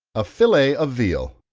a fillet of veal.